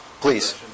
please